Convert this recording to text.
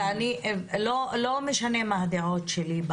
ולא משנה מה הדעות שלי.